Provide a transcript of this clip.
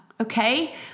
okay